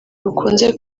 bukunze